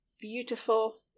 beautiful